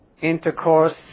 intercourse